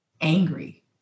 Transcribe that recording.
angry